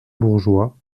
bourgeois